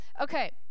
Okay